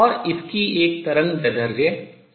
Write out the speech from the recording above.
और इसकी एक तरंगदैर्ध्य है